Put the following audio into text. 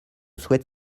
souhaite